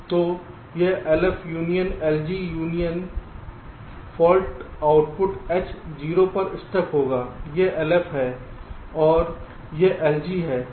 तो यह LF union LG union fault output मे H 0 पर स्टक होगा यह LF है और यह LG है